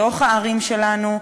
בתוך הערים שלנו,